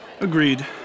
Agreed